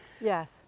Yes